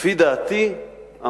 לפי דעתי,